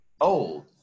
old